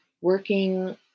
working